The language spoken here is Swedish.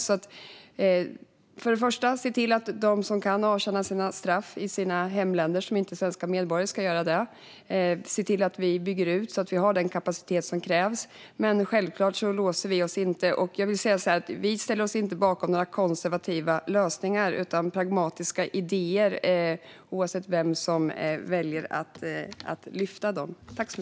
Först och främst ska vi se till att de som inte är svenska medborgare och kan avtjäna sina straff i sina hemländer också gör det. Vi ska bygga ut så att vi har den kapacitet som krävs. Men självklart låser vi oss inte. Jag vill säga så här: Vi ställer oss inte bakom konservativa lösningar utan bakom pragmatiska idéer, oavsett vem som väljer att lyfta fram dem.